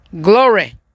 Glory